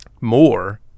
more